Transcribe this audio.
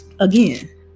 again